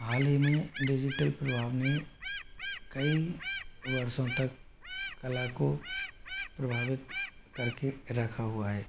हाल ही में डिजिटल प्रभाव ने कई वर्षों तक कला को प्रभावित कर के रखा हुआ है